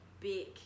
big